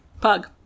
Pug